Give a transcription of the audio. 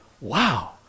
wow